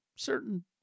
certain